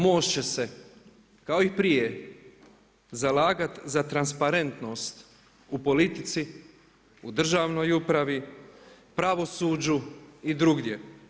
MOST će se kao i prije, zalagati za transparentnost u politici, u državnoj upravi, pravosuđu i drugdje.